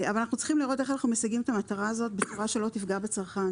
אבל צריך לראות איך אנחנו משיגים את המטרה הזאת בצורה שלא תפגע בצרכן.